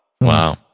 Wow